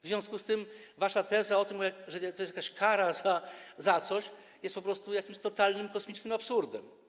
W związku z tym wasza teza o tym, że to jest jakaś kara za coś, jest po prostu totalnym, kosmicznym absurdem.